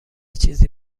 چیزی